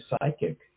psychic